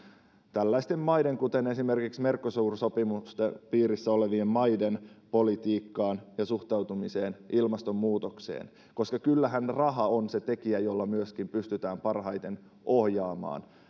tällaisten maiden kuten esimerkiksi mercosur sopimusten piirissä olevien maiden politiikkaan ja suhtautumiseen ilmastonmuutokseen kyllähän raha on se tekijä jolla myöskin pystytään parhaiten ohjaamaan